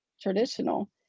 traditional